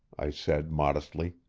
i said modestly.